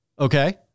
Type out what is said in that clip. okay